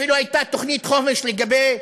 אפילו הייתה תוכנית חומש לגבי